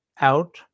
out